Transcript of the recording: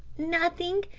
nothing,